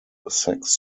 sex